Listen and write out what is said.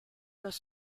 los